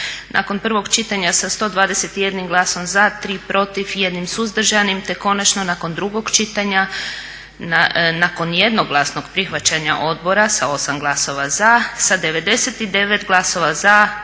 Nakon prvog čitanja sa 121 glasom za, 3 protiv i 1 suzdržanim te konačno nakon drugog čitanja nakon jednoglasnog prihvaćanja odbora sa 8 glasova za, sa 99 glasova za,